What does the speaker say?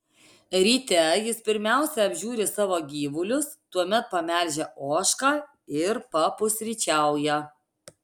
ryte jis pirmiausia apžiūri savo gyvulius tuomet pamelžia ožką ir papusryčiauja